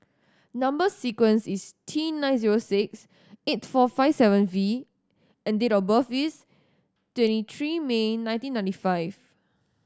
number sequence is T nine zero six eight four five seven V and date of birth is twenty three May nineteen ninety five